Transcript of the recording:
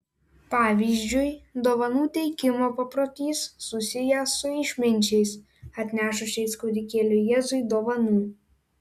pavyzdžiui dovanų teikimo paprotys susijęs su išminčiais atnešusiais kūdikėliui jėzui dovanų